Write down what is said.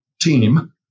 team